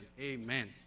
Amen